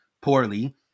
poorly